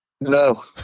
No